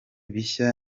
bishya